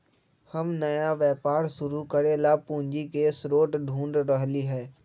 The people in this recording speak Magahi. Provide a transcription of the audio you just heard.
हम नया व्यापार शुरू करे ला पूंजी के स्रोत ढूढ़ रहली है